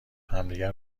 همدیگه